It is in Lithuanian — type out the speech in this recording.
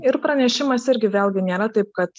ir pranešimas irgi vėlgi nėra taip kad